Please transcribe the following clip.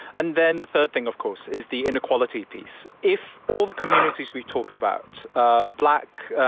and then the third thing, of course, is the inequality piece. if all the communities we talked about, ah black,